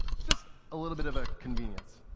just a little bit of a convenience.